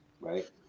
Right